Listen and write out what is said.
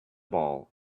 ball